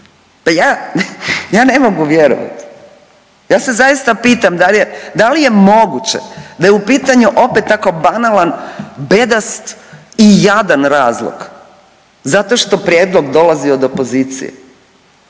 ja, ja ne mogu vjerovati. Ja se zaista pitam da li je moguće da je u pitanju opet tako banalan, bedast i jadan razlog zašto što prijedlog dolazi od opozicije.